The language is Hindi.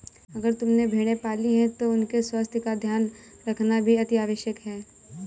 अगर तुमने भेड़ें पाली हैं तो उनके स्वास्थ्य का ध्यान रखना भी अतिआवश्यक है